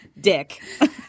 dick